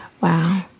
Wow